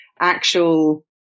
actual